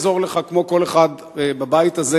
כמו כל אחד בבית הזה,